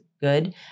good